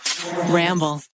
ramble